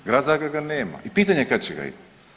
Grad Zagreb ga nema i pitanje je kad će ga imati.